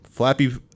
Flappy